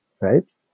right